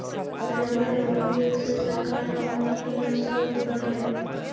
rubber रो उयोग से सरकार रो आमदनी रो स्रोत बरलै